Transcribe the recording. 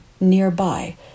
nearby